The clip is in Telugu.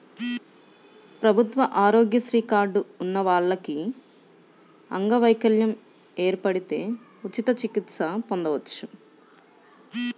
ప్రభుత్వ ఆరోగ్యశ్రీ కార్డు ఉన్న వాళ్లకి అంగవైకల్యం ఏర్పడితే ఉచిత చికిత్స పొందొచ్చు